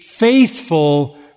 faithful